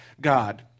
God